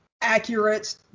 accurate